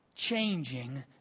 changing